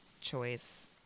choice